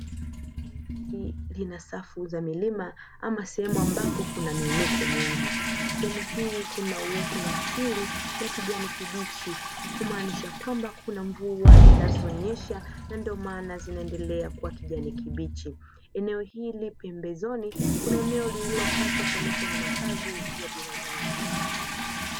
Eneo hili Lina safu za milima ama sehemu ambapo kuna miinuko mingi, sehemu hii kuna uwoto wa asili na kijani kibichi kumaanisha kwamba kunamvua zinazonyesha na ndiyo maana zinaendalea kuwa kijani kibichi eneo hili pembezoni kuna eneo lililokatwa kuonyesha ni makazi ya binadamu.